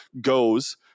goes